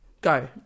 Go